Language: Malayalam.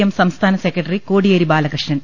എം സംസ്ഥാന സെക്രട്ടറി കോടി യേരി ബാലകൃഷ്ണൻ